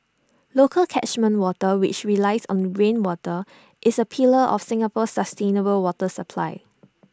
local catchment water which relies on rainwater is A pillar of Singapore's sustainable water supply